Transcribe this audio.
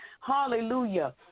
Hallelujah